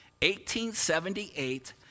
1878